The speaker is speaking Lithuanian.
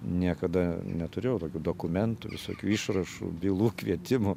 niekada neturėjau tokių dokumentų visokių išrašų bylų kvietimų